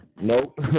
Nope